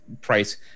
price